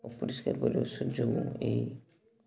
ଅପରିଷ୍କାର ପରିବେଶ ଯୋଗୁଁ ଏଇ